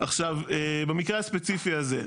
עכשיו, במקרה הספציפי הזה,